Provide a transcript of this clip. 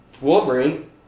Wolverine